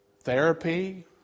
therapy